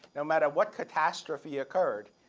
no matter what catastrophe occurred,